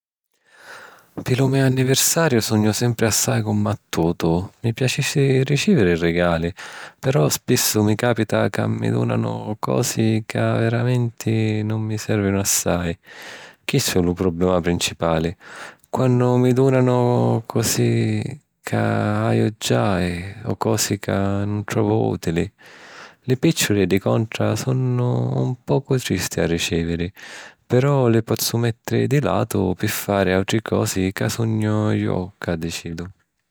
Pi lu me anniversariu sugnu sempri assai cummattutu. Mi piacissi ricìviri rigali, però spissu mi capita ca mi dùnanu cosi ca veramenti nun mi sèrvinu assai. Chistu è lu problema principali: quannu mi dùnanu cosi ca haju già o cosi ca nun trovu ùtili. Li pìcciuli, di contra, sunnu un poco tristi a ricìviri, però li pozzu mèttiri di latu pi fari àutri cosi ca sugnu ju ca decidu.